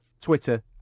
Twitter